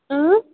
آں